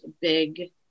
big